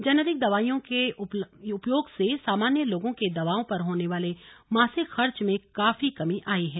generic दवाओं के उपयोग से सामान्य लोगों के दवाओं पर होने वाले मासिक खर्च में काफी कमी आयी है